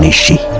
ah she